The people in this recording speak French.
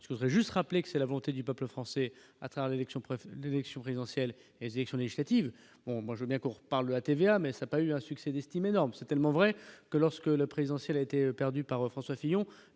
je voudrais juste rappeler que c'est la volonté du peuple français a travaillé, qui ont prévu des élections présidentielles et les élections législatives, bon moi je n'ai cours par la TVA, mais ça pas eu un succès d'estime énorme c'est tellement vrai que lorsque la présidentielle a été perdue par François Fillon